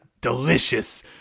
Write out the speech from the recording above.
delicious